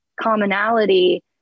commonality